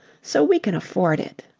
so we can afford it.